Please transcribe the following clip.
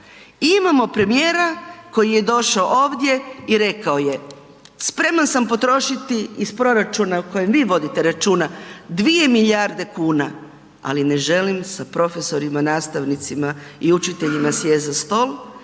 imamo premijera koji je došao ovdje i rekao je, spreman sam potrošiti iz proračuna o kojem vi vodite računa 2 milijarde kuna, ali ne želim sa profesorima, nastavnicima i učiteljima sjest za stol